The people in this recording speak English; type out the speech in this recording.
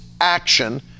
action